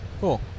Cool